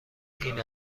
این